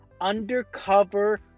Undercover